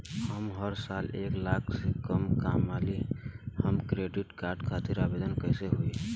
हम हर साल एक लाख से कम कमाली हम क्रेडिट कार्ड खातिर आवेदन कैसे होइ?